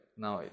now